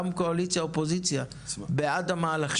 גם קואליציה אופוזיציה בעד המהלכים.